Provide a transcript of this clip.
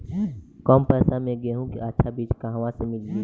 कम पैसा में गेहूं के अच्छा बिज कहवा से ली?